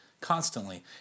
constantly